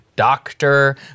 doctor